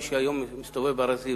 מי שהיום מסתובב בהר-הזיתים,